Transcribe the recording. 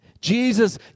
Jesus